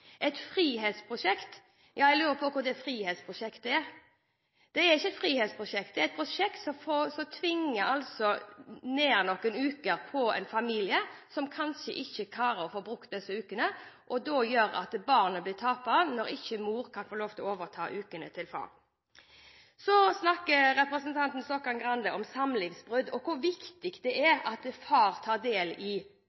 Et frihetsprosjekt – ja, jeg lurer på hva det frihetsprosjektet er. Det er ikke et frihetsprosjekt, det er et prosjekt som tvinger noen uker på en familie som kanskje ikke klarer å få brukt dem, og det gjør at barna blir taperne når ikke mor kan få lov til å overta ukene til far. Så snakker representanten Stokkan-Grande om samlivsbrudd og om hvor viktig det er